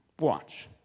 Watch